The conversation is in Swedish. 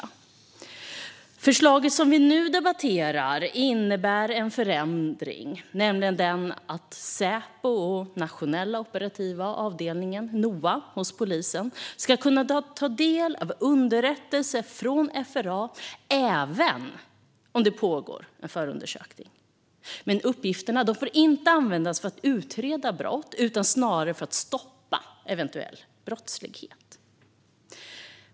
Det förslag som vi nu debatterar innebär en förändring, nämligen att Säpo och Nationella operativa avdelningen, NOA hos polisen, ska kunna ta del av underrättelse från FRA även om det pågår en förundersökning. Uppgifterna får dock inte användas för att utreda brott utan för att stoppa eventuell brottslighet.